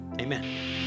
amen